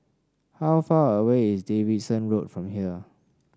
how far away is Davidson Road from here